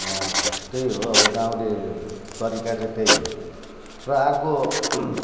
त्यही हो अब गाउँले तरिका चाहिँ त्यही हो र अर्को